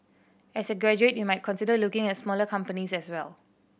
as a graduate you might consider looking at smaller companies as well